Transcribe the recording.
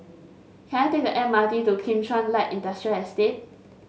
can I take the M R T to Kim Chuan Light Industrial Estate